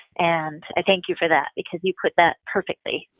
and i thank you for that, because you put that perfectly.